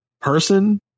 person